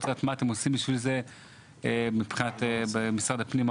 רוצה לדעת מה אתם עושים בשביל זה במשרד הפנים.